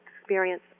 experience